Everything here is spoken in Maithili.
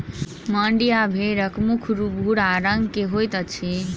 मांड्या भेड़क मुख भूरा रंग के होइत अछि